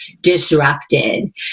disrupted